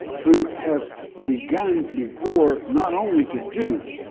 who have begun before not only to do